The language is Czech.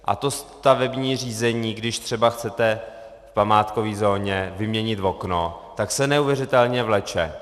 A stavební řízení, když třeba chcete v památkové zóně vyměnit okno, se neuvěřitelně vleče.